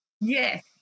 Yes